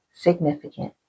significant